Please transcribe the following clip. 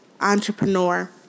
entrepreneur